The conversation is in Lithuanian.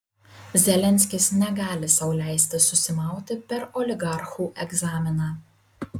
zelenskis negali sau leisti susimauti per oligarchų egzaminą